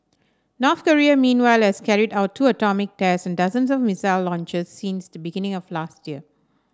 North Korea meanwhile has carried out two atomic tests and dozens of missile launches since the beginning of last year